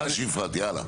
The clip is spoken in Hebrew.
סליחה שהפרעתי הלאה.